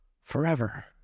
forever